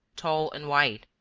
tall and white,